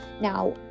Now